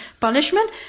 punishment